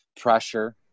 pressure